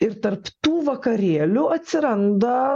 ir tarp tų vakarėlių atsiranda